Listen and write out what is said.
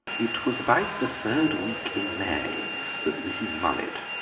it was about the third week in may that mrs. mullet,